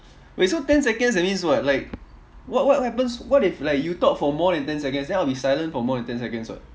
wait so ten seconds that means what like what what happens what if like you talk for more than ten seconds then I will be silent for more than ten seconds [what]